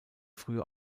früher